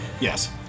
Yes